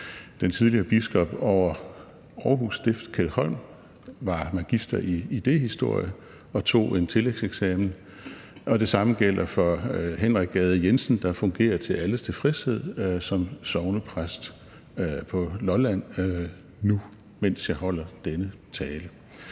Den tidligere biskop over Aarhus Stift Kjeld Holm var magister i idéhistorie og tog en tillægseksamen, og det samme gælder for Henrik Gade Jensen, der fungerer til alles tilfredshed som sognepræst på Lolland nu, mens jeg holder denne tale.